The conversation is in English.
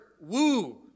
woo